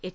H